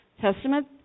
Testament